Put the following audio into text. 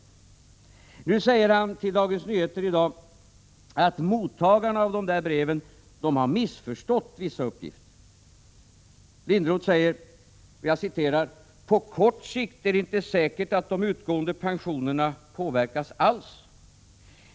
I dag säger han i Dagens Nyheter att mottagarna av de där breven har missförstått vissa uppgifter. ”På kort sikt är det inte säkert att de utgående pensionerna påverkas alls.